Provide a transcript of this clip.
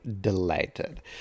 delighted